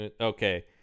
Okay